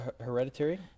hereditary